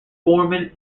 foreman